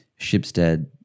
Shipstead